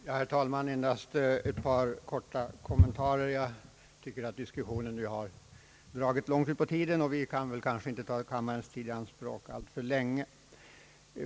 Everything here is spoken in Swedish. Herr talman! Jag skall bara göra några korta kommentarer. Diskussionen har ju dragit ut på tiden, och vi kan väl inte ta kammarens tid i anspråk alltför länge.